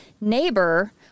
neighbor